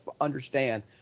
understand